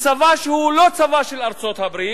לצבא שהוא לא הצבא של ארצות-הברית,